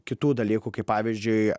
kitų dalykų kaip pavyzdžiui